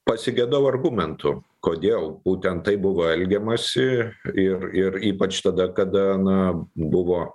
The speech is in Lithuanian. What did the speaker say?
pasigedau argumentų kodėl būtent taip buvo elgiamasi ir ir ypač tada kada na buvo